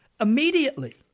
immediately